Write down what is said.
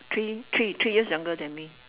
three three three years younger than me